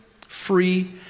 free